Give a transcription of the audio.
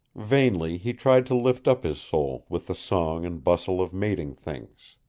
vainly he tried to lift up his soul with the song and bustle of mating things.